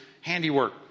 handiwork